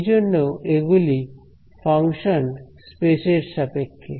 সেইজন্য এগুলি function space এর সাপেক্ষে